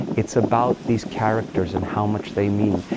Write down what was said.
it's about these characters and how much they mean.